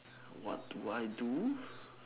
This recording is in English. what would I do